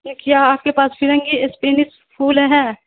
کیا آپ کے پاس فرنگی اسپینس پھول ہے